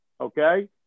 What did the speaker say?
okay